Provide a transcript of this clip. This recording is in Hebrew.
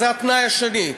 זה התנאי השני.